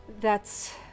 That's-